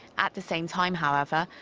at the same time, however,